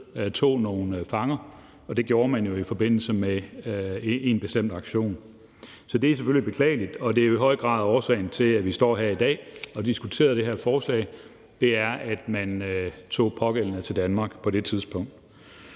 tog nogle fanger. Og det gjorde man jo i forbindelse med en bestemt aktion. Så det er selvfølgelig beklageligt, og det er i høj grad årsagen til, at vi står her i dag og diskuterer det her forslag, nemlig at man tog den pågældende til Danmark på det tidspunkt.